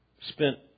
spent